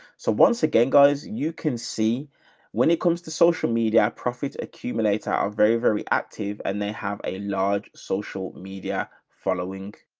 so once again, guys, you can see when it comes to social media profits, accumulator are very, very active and they have a large social media following.